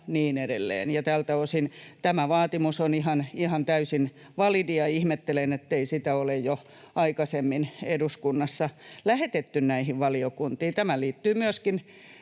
ja niin edelleen. Tältä osin tämä vaatimus on ihan täysin validi, ja ihmettelen, ettei sitä ole jo aikaisemmin eduskunnassa lähetetty näihin valiokuntiin. Tämä liittyy myöskin